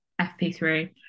FP3